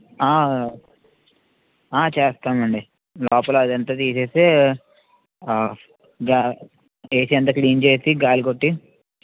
చేస్తామండి లోపల అదంతా తీసేసి గా ఏసీ అంతా క్లీన్ చేసి గాలి కొట్టి